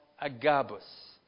Agabus